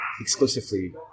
exclusively